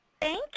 Thank